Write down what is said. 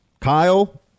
Kyle